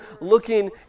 looking